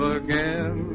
again